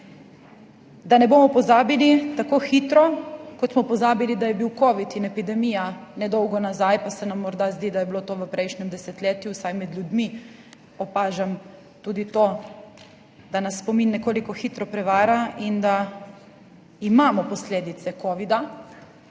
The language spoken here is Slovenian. da ne bomo pozabili tako hitro, kot smo pozabili, da je bil covid in epidemija nedolgo nazaj, pa se nam morda zdi, da je bilo to v prejšnjem desetletju. Vsaj med ljudmi opažam tudi to, da nas spomin nekoliko hitro prevara in da imamo posledice covida.